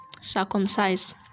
circumcised